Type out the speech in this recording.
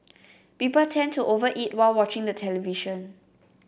people tend to over eat while watching the television